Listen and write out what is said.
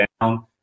down